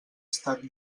estat